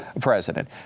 president